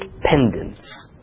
pendants